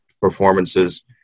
performances